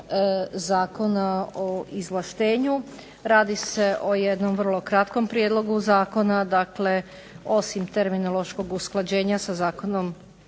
Zakona o izvlaštenju. Radi se o jednom vrlo kratkom prijedlogu zakona. Dakle, osim terminološkog usklađenja sa Zakonom